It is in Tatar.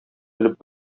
белеп